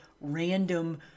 random